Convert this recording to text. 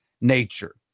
nature